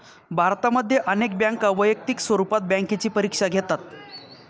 भारतामध्ये अनेक बँका वैयक्तिक स्वरूपात बँकेची परीक्षा घेतात